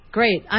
Great